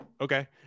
Okay